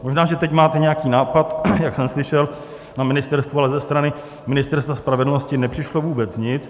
Možná že teď máte nějaký nápad, jak jsem slyšel na ministerstvu, ale ze strany Ministerstva spravedlnosti nepřišlo vůbec nic.